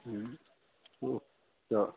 हुँ तऽ